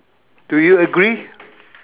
do you agree